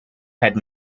had